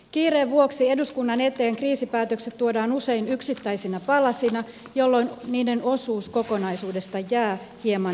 kiireen vuoksi eduskunnan eteen kriisipäätökset tuodaan usein yksittäisinä palasina jolloin niiden osuus kokonaisuudesta jää hieman hämärään